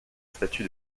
statut